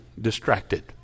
distracted